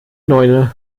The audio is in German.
neune